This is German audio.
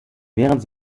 während